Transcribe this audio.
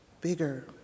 bigger